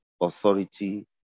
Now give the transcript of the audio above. authority